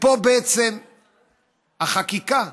פה החקיקה,